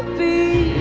the